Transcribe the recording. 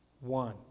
one